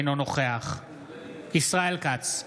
אינו נוכח ישראל כץ,